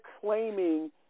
claiming